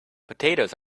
potatoes